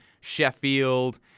Sheffield